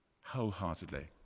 wholeheartedly